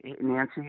Nancy